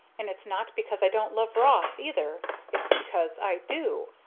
and it's not because i don't love ross either it's because i do.